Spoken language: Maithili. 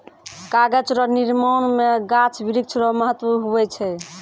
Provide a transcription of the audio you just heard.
कागज रो निर्माण मे गाछ वृक्ष रो महत्ब हुवै छै